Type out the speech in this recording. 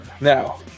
Now